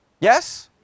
Yes